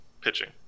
pitching